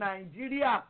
Nigeria